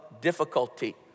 difficulty